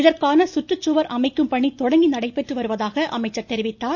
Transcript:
இதற்கான சுற்றுச்சுவர் அமைக்கும் பணி தொடங்கி நடைபெற்று வருவதாக அமைச்சர் தெரிவித்தார்